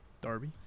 Darby